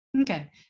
Okay